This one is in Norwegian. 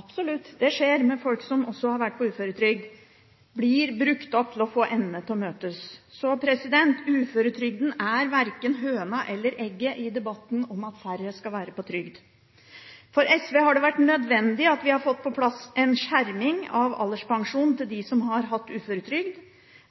absolutt, også med folk som har vært på uføretrygd – blir brukt til å få endene til å møtes. Så uføretrygden er verken høna eller egget i debatten om at færre skal være på trygd. For SV har det vært nødvendig å få på plass en skjerming av alderspensjonen for dem som har hatt uføretrygd.